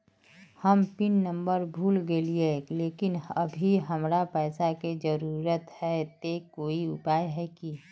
हम pin number भूल गेलिये लेकिन अभी हमरा पैसा के जरुरत है ते कोई उपाय है की?